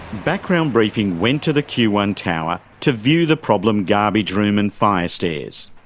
background briefing went to the q one tower to view the problem garbage room and fire stairs.